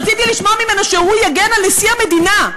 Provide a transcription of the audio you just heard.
רציתי לשמוע ממנו שהוא יגן על נשיא המדינה,